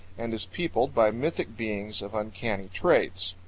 and is peopled by mythic beings of uncanny traits.